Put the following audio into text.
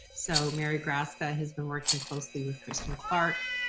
so merry grasska who's been working closely with kristen clark,